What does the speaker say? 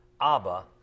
Abba